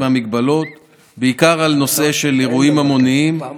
אדוני היושב-ראש,